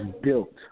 built